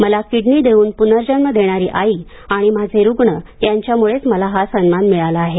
मला किडनी देऊन पुनर्जन्म देणारी आई आणि माझे रुग्ण यांच्यामुळंच मला हा सन्मान मिळाला आहे